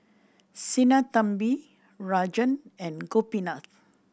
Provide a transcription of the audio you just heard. Sinnathamby Rajan and Gopinath